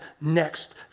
next